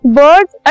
birds